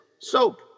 Soap